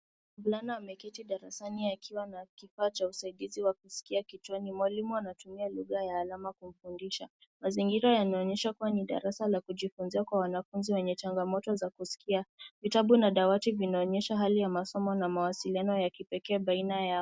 Mvulana ameketi darasani akiwa na kifaa cha usaidizi wa kusikia kichwani mwake. Mwalimu anatumia alama kwa kufundisha. Mazingira yanaonyesha kuwa ni darasa ya kujifunzia kwa wanafunzi wenye changamoto za kusikia. Vitabu na dawati vinaonyesha hali ya masomo na mawasiliano ya kipekee baina yao.